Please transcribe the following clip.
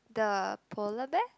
the polar bear